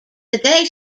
today